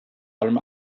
allem